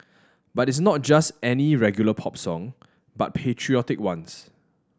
but it's not just any regular pop song but patriotic ones